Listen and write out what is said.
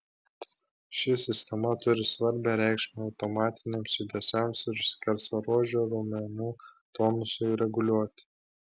ši sistema turi svarbią reikšmę automatiniams judesiams ir skersaruožių raumenų tonusui reguliuoti